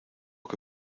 que